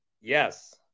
yes